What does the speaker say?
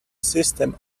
system